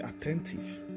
attentive